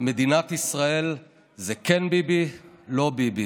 מדינת ישראל זה "כן ביבי, לא ביבי".